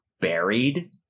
buried